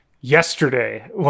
yesterday